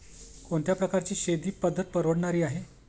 कोणत्या प्रकारची शेती पद्धत परवडणारी आहे?